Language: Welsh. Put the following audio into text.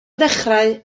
ddechrau